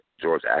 George